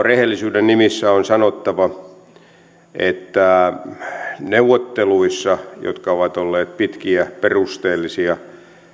rehellisyyden nimissä on sanottava että neuvotteluissa jotka ovat olleet pitkiä perusteellisia